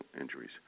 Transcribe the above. injuries